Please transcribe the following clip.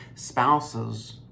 Spouses